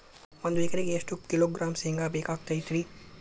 ಒಂದು ಎಕರೆಗೆ ಎಷ್ಟು ಕಿಲೋಗ್ರಾಂ ಶೇಂಗಾ ಬೇಕಾಗತೈತ್ರಿ?